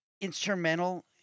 instrumental